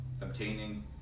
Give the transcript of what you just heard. obtaining